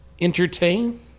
entertain